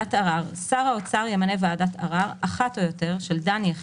"ועדת ערר 47. שר האוצר ימנה ועדת ערר,